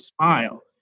smile